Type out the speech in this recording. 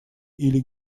или